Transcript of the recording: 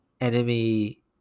enemy